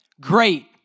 great